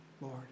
Lord